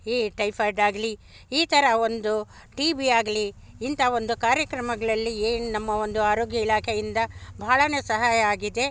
ಈ ಟೈಫಾಯ್ಡಾಗ್ಲಿ ಈ ಥರ ಒಂದು ಟಿ ಬಿ ಆಗಲಿ ಇಂಥ ಒಂದು ಕಾರ್ಯಕ್ರಮಗಳಲ್ಲಿ ಏನು ನಮ್ಮ ಒಂದು ಆರೋಗ್ಯ ಇಲಾಖೆಯಿಂದ ಭಾಳಾನೇ ಸಹಾಯ ಆಗಿದೆ